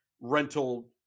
rental